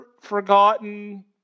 forgotten